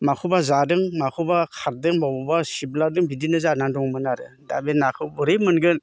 माखौबा जादों माखौबा खारदों बबावबा सिब्लादों बिदिनो जानानै दङमोन आरो दा बे नाखौ बोरै मोनगोन